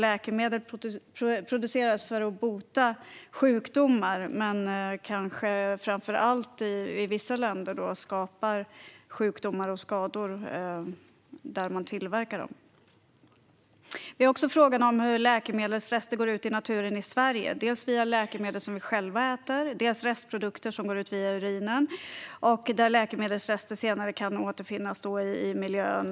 Läkemedel produceras för att bota sjukdomar, men kanske framför allt i vissa länder skapas sjukdomar och skador där man tillverkar dem. Vi har också frågan om hur läkemedelsrester hamnar i naturen i Sverige via läkemedel som vi själva äter. Restprodukter går ut via urinen, och läkemedelsrester kan senare återfinnas i miljön.